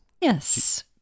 Yes